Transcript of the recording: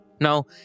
Now